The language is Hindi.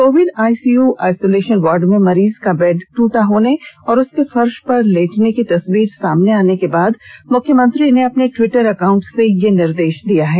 कोविड आइसीयू आइसोलेशन वार्ड में मरीज का बेड टूटा होने और उसके फर्श पर लेटने की तस्वीर सामने आने के बाद मुख्यमंत्री ने अपने ट्वीटर एकांउट से यह निर्देश दिया है